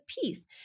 piece